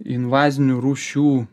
invazinių rūšių